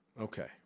Okay